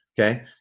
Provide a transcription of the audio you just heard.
okay